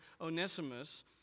Onesimus